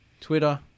Twitter